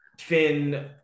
Finn